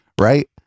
right